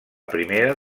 primera